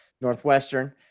Northwestern